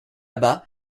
bas